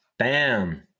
Bam